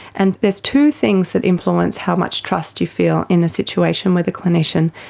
and there's two things that influence how much trust you feel in a situation with a clinician.